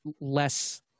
less